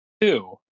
Two